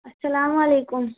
السلام علیکم